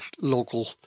local